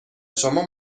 شما